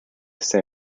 say